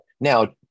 Now